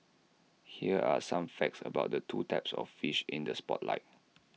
here are some facts about the two types of fish in the spotlight